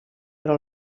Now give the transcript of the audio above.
però